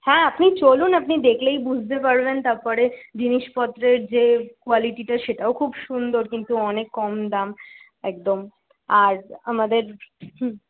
হ্যাঁ আপনি চলুন আপনি দেখলেই বুঝতে পারবেন তারপরে জিনিসপত্রের যে কোয়ালিটিটা সেটাও খুব সুন্দর কিন্তু অনেক কম দাম একদম আর আমাদের হুম